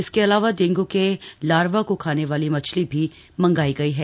इसके अलावा डेंगू के लारवा को खाने वाली मछली भी मंगाई गई हैं